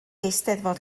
eisteddfod